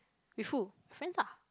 with who friends ah